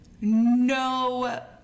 no